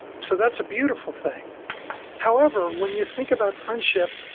so that's a beautiful thing however, when you think about friendship,